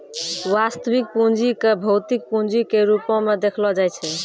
वास्तविक पूंजी क भौतिक पूंजी के रूपो म देखलो जाय छै